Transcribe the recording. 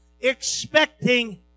Expecting